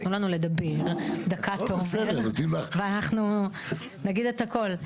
תתנו לנו לדבר ואנחנו נגיד את הכול.